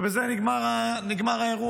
ובזה נגמר האירוע.